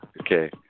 Okay